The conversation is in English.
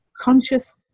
conscious